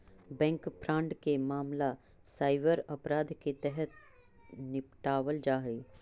bank fraud के मामला cyber अपराध के तहत निपटावल जा हइ